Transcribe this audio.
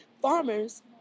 Farmers